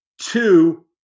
Two